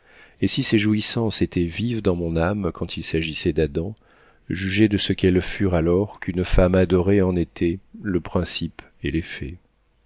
et si ces jouissances étaient vives dans mon âme quand il s'agissait d'adam jugez de ce qu'elles furent alors qu'une femme adorée en était le principe et l'effet